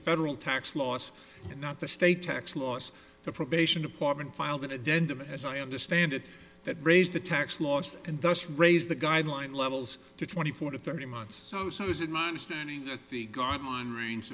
federal tax laws and not the state tax laws the probation department filed an addendum as i understand it that raised the tax laws and thus raise the guideline levels to twenty four to thirty months so so is it my understanding the guard on ring